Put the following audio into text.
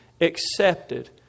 accepted